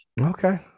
Okay